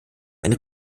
eine